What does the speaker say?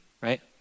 right